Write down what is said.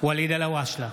ואליד אלהואשלה,